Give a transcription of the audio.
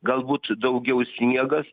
galbūt daugiau sniegas